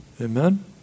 Amen